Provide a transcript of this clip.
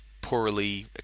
poorly